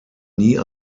nie